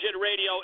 Radio